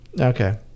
okay